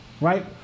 Right